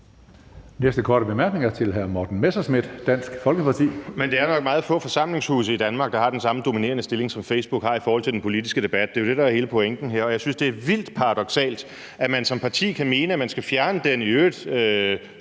Næste korte bemærkning er til hr. Morten Messerschmidt, Dansk Folkeparti. Kl. 16:23 Morten Messerschmidt (DF): Men det er nok meget få forsamlingshuse i Danmark, der har den samme dominerende stilling, som Facebook har i forhold til den politiske debat – det er jo det, der er hele pointen her. Og jeg synes, det er vildt paradoksalt, at man som parti kan mene, at man skal fjerne den i øvrigt